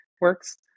works